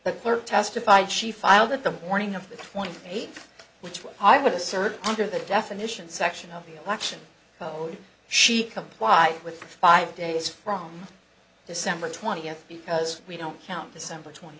her testified she filed it the morning of the twenty eighth which i would assert under the definition section of the election code she complied with five days from december twentieth because we don't count december twenty